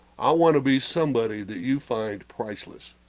i want to be somebody that you find priceless